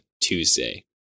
Tuesday